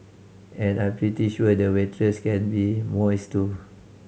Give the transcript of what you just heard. and I'm pretty sure the waitress can be moist too